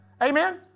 Amen